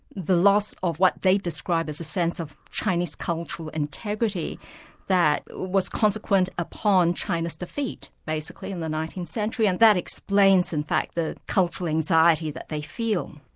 the loss of what they describe as a sense of chinese cultural integrity that was consequent upon china's defeat, basically, in the nineteenth century, and that explains in fact the cultural anxiety that they feel.